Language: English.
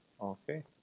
okay